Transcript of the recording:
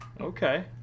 okay